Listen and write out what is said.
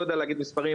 לא יודע להגיד מספרים,